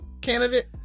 candidate